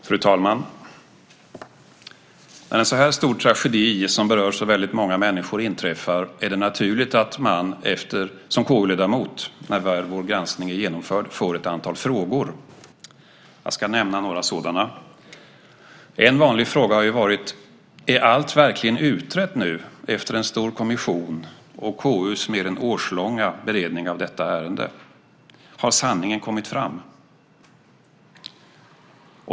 Fru talman! När en så här stor tragedi som berör så väldigt många människor inträffar är det naturligt att man som KU-ledamot efteråt, när väl vår granskning är genomförd, får ett antal frågor. Jag ska nämna några sådana. En vanlig fråga har varit: Är allt verkligen utrett nu, efter en stor kommission och KU:s mer än årslånga beredning av detta ärende? Har sanningen kommit fram?